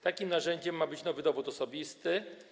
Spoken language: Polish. Takim narzędziem ma być nowy dowód osobisty.